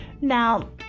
Now